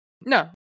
No